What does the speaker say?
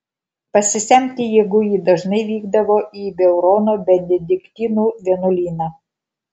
pasisemti jėgų ji dažnai vykdavo į beurono benediktinų vienuolyną